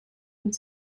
und